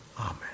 Amen